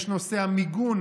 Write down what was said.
יש נושא המיגון,